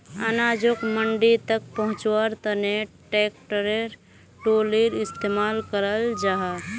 अनाजोक मंडी तक पहुन्च्वार तने ट्रेक्टर ट्रालिर इस्तेमाल कराल जाहा